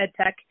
EdTech